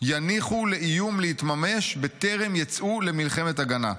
יניחו לאיום להתממש בטרם ייצאו למלחמת הגנה.